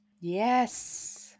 Yes